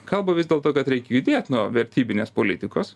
kalba vis dėl to kad reik judėt nuo vertybinės politikos